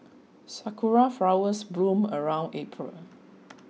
sakura flowers bloom around April